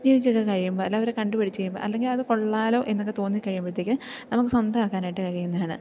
ജീവിച്ചൊക്കെ കഴിയുമ്പോൾ അല്ല അവരെ കണ്ടു പഠിച്ചു കഴിയുമ്പോൾ അല്ലെങ്കിൽ അതു കൊള്ളാമല്ലോ എന്നൊക്കെ തോന്നി കഴിയുമ്പോഴത്തേക്ക് നമുക്ക് സ്വന്തമാക്കാനായിട്ട് കഴിയുന്നതാണ്